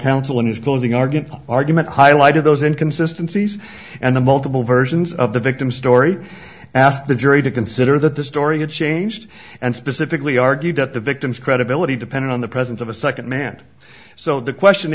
counsel in his closing argument argument highlighted those in consistencies and the multiple versions of the victim's story asked the jury to consider that the story had changed and specifically argued that the victim's credibility depended on the presence of a second man so the question